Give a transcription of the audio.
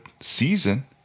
season